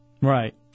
Right